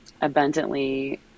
abundantly